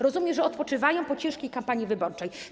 Rozumiem, że odpoczywają po ciężkiej kampanii wyborczej.